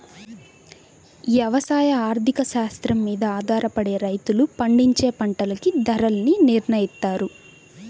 యవసాయ ఆర్థిక శాస్త్రం మీద ఆధారపడే రైతులు పండించే పంటలకి ధరల్ని నిర్నయిత్తారు